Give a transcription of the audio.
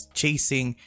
chasing